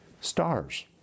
stars